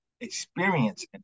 experience